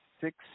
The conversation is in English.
six